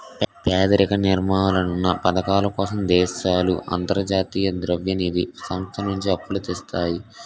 పేదరిక నిర్మూలనా పధకాల కోసం దేశాలు అంతర్జాతీయ ద్రవ్య నిధి సంస్థ నుంచి అప్పులు తెస్తాయి